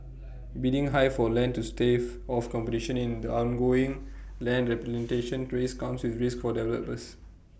bidding high for land to stave off competition in the ongoing land race comes with risks for developers